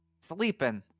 sleeping